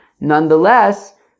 nonetheless